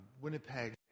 Winnipeg